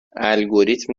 الگوریتم